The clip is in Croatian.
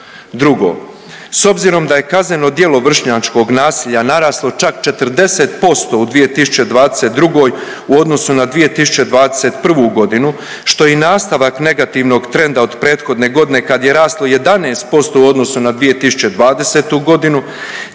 Drugo, s obzirom da je kazneno djelo vršnjačkog nasilja naraslo čak 40% u 2022. u odnosu na 2021. godinu što je i nastavak negativnog trenda od prethodne godine kad je raslo 11% u odnosu na 2020. godinu,